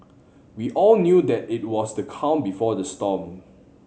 we all knew that it was the calm before the storm